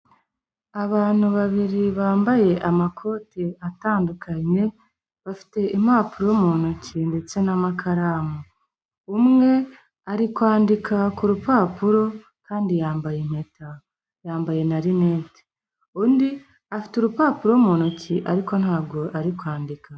Abantu babiri bambaye amakote atandukanye bafite impapuro mu ntoki ndetse n'amakaramu, umwe ari kwandika ku rupapuro kandi yambaye impeta yambaye na rinete, undi afite urupapuro mu ntoki ariko ntabwo ari kwandika.